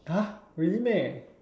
really